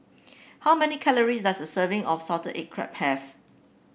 how many calories does a serving of Salted Egg Crab have